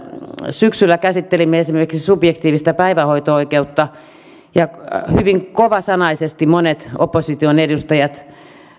syksyllä käsittelimme esimerkiksi subjektiivista päivähoito oikeutta ja hyvin kovasanaisesti monet opposition edustajat